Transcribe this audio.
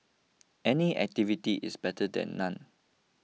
any activity is better than none